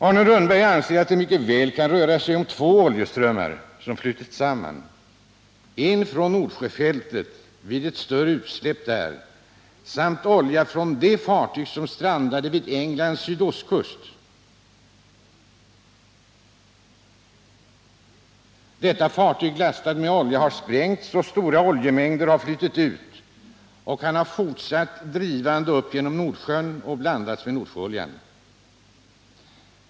Arne Rönnberg anser att det mycket väl kan röra sig om två oljeströmmar som flutit samman, en från Nordsjöfältet vid ett större utsläpp där och en från det fartyg som strandade vid Englands sydostkust. Detta fartyg, lastat med olja, har sprängts. Stora oljemängder har flutit ut och kan ha fortsatt drivande upp genom Nordsjön och blandats med Nordsjöolja.